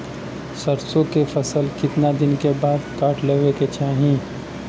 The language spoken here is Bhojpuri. सरसो के फसल कितना दिन के बाद काट लेवे के चाही?